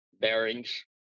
bearings